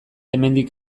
hemendik